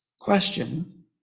question